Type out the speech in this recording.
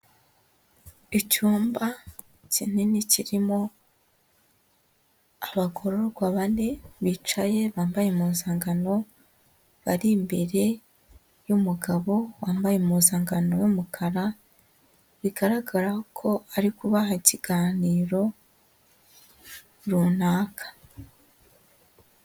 Icyumba kinini kirimo abagororwa bane bicaye bambaye impunzangano, bari imbere y'umugabo wambaye impuzangano y'umukara, bigaragara ko ari kubaha ikiganiro runaka.